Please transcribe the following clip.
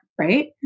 Right